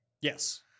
Yes